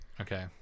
Okay